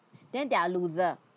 then they're loser